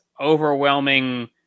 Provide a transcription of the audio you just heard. overwhelming